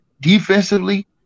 defensively